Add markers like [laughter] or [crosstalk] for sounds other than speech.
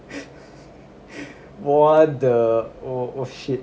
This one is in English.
[laughs] what the o~ oh shit